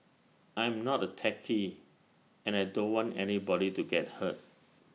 I am not A techie and I don't want anybody to get hurt